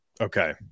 okay